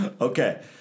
Okay